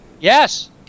Yes